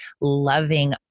loving